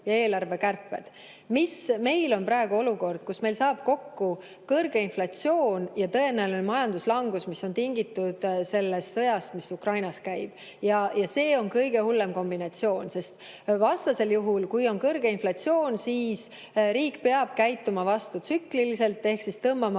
ja eelarvekärped. Meil on praegu olukord, kus meil saavad kokku kõrge inflatsioon ja tõenäoline majanduslangus, mis on tingitud sellest sõjast, mis Ukrainas käib. Ja see on kõige hullem kombinatsioon. Vastasel juhul, kui on kõrge inflatsioon, siis riik peab käituma vastutsükliliselt ehk tõmbama